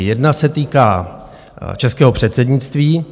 Jedna se týká českého předsednictví.